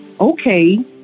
okay